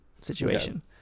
situation